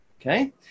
Okay